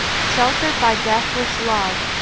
sheltered by deathless love,